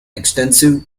extensive